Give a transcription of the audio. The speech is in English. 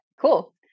Cool